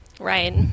right